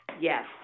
yes